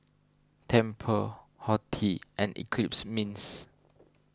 Tempur Horti and Eclipse Mints